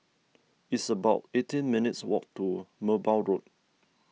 it's about eighteen minutes' walk to Merbau Road